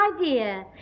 idea